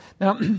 Now